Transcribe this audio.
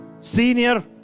senior